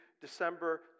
December